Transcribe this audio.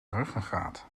ruggengraat